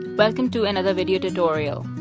welcome to another video tutorial.